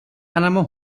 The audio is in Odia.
ନାମ